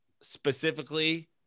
specifically